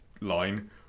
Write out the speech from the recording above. line